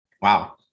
Wow